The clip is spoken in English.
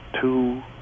two